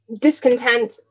discontent